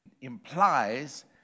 implies